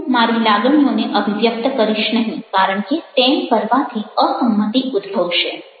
હું મારી લાગણીઓને અભિવ્યક્ત કરીશ નહીં કારણ કે તેમ કરવાથી અસંમતિ ઉદ્ભવશે